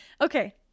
Okay